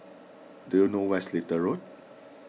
do you know where is Little Road